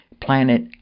planet